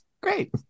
Great